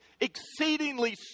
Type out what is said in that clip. exceedingly